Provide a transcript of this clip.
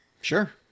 Sure